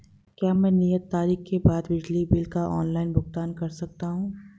क्या मैं नियत तारीख के बाद बिजली बिल का ऑनलाइन भुगतान कर सकता हूं?